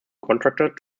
contractor